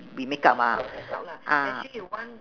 we makeup ah ah